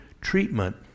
treatment